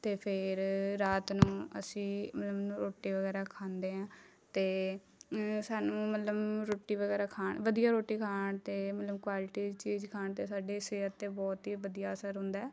ਅਤੇ ਫੇਰ ਰਾਤ ਨੂੰ ਅਸੀਂ ਰੋਟੀ ਵਗੈਰਾ ਖਾਂਦੇ ਹਾਂ ਅਤੇ ਸਾਨੂੰ ਮਲਮ ਰੋਟੀ ਵਗੈਰਾ ਖਾਣ ਵਧੀਆ ਰੋਟੀ ਖਾਣ 'ਤੇ ਮਲਮ ਕੁਆਲਿਟੀ ਦੀ ਚੀਜ਼ ਖਾਣ 'ਤੇ ਸਾਡੇ ਸਿਹਤ 'ਤੇ ਬਹੁਤ ਹੀ ਵਧੀਆ ਅਸਰ ਹੁੰਦਾ